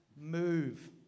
move